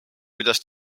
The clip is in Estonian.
kuidas